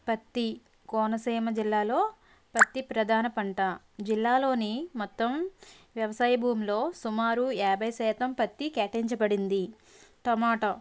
పత్తి కోనసీమ జిల్లాలో పత్తి ప్రధాన పంట జిల్లాలోని మొత్తం వ్యవసాయ భూమిలో సుమారు యాభై శాతం పత్తి కేటాయించబడింది టమోటా